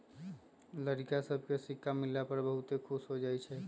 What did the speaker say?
लइरका सभके सिक्का मिलला पर बहुते खुश हो जाइ छइ